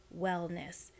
wellness